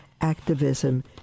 activism